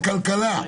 זה כלכלה.